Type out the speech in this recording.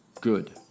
good